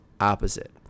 opposite